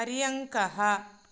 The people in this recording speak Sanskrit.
पर्यङ्कः